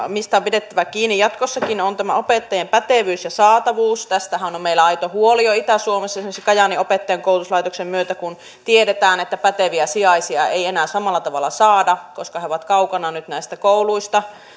mistä on pidettävä kiinni jatkossakin tämä opettajien pätevyys ja saatavuus tästähän on meillä aito huoli jo itä suomessa esimerkiksi kajaanin opettajakoulutuslaitoksen myötä kun tiedetään että päteviä sijaisia ei enää samalla tavalla saada koska he ovat kaukana nyt näistä kouluista